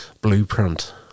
blueprint